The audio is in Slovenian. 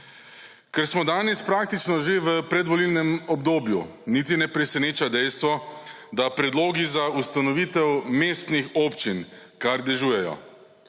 Ker smo danes praktično že v predvolilnem obdobju niti ne preseneča dejstvo, da predloga za ustanovitev mestnih občin, kar dežujejo.